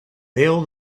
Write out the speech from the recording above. bail